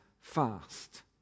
fast